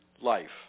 life